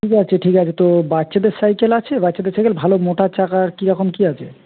ঠিক আছে ঠিক আছে তো বাচ্চাদের সাইকেল আছে বাচ্চাদের সাইকেল ভালো মোটা চাকার কিরকম কী আছে